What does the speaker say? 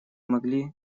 могли